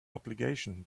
obligation